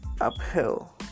Uphill